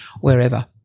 wherever